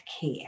care